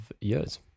years